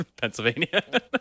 Pennsylvania